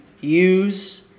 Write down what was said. use